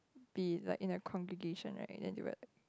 be like in a congregation right then they will like